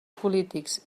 polítics